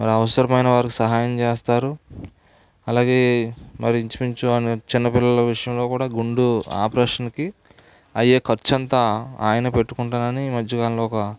మరి అవసరమైన వారికి సహాయం చేస్తారు అలాగే మరి ఇంచుమించు ఆయన చిన్నపిల్లల విషయంలో కూడా గుండు ఆపరేషన్కి అయ్యే ఖర్చు అంతా ఆయన పెట్టుకుంటానని ఈ మధ్యకాలంలో ఒక